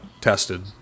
tested